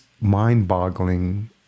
mind-boggling